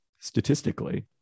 statistically